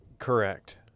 Correct